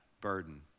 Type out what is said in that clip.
burden